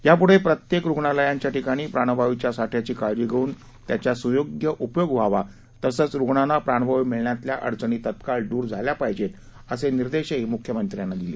यापुढे प्रत्येक रुग्णालयांच्या ठिकाणी प्राणवायूच्या साठ्याची काळजी घेऊन त्याच्या सुयोग्य उपयोग व्हावा तसंच रुग्णांना प्राणवायू मिळण्यातल्या अडचणी तात्काळ दूर झाल्याच पाहिजेत असे निर्देशही मुख्यमंत्र्यांनी दिले